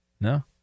No